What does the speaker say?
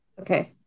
Okay